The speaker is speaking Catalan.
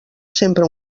sempre